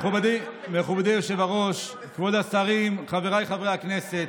מכובדי היושב-ראש, כבוד השרים, חבריי חברי הכנסת,